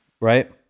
right